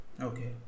Okay